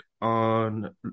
on